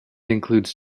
includes